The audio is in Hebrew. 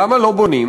למה לא בונים?